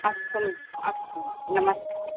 अस्तु अस्तु नमस्कारः